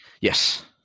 Yes